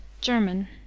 German